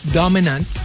dominant